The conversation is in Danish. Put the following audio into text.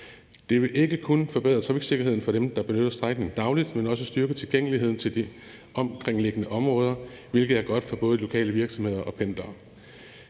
Det vil ikke kun forbedre trafiksikkerheden for dem, der benytter strækningen dagligt, men også styrke tilgængeligheden til de omkringliggende områder, hvilket er godt for både lokale virksomheder og pendlere.